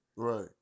Right